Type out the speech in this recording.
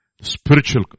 spiritual